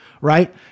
right